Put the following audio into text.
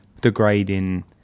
degrading